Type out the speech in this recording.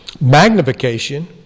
magnification